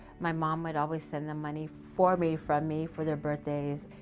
my mom would always send them money for me, from me, for their birthdays.